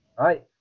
right